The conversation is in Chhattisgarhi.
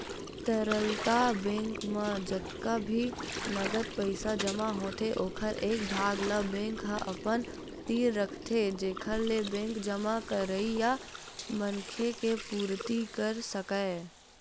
तरलता बेंक म जतका भी नगदी पइसा जमा होथे ओखर एक भाग ल बेंक ह अपन तीर रखथे जेखर ले बेंक जमा करइया मनखे के पुरती कर सकय